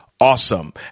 Awesome